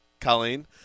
Colleen